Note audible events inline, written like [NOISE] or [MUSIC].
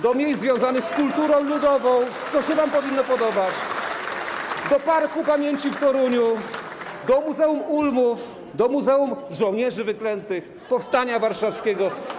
do miejsc związanych z kulturą ludową [APPLAUSE] - to się wam powinno podobać - do parku pamięci w Toruniu, do muzeum Ulmów, do muzeum żołnierzy wyklętych, powstania warszawskiego.